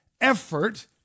effort